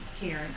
Karen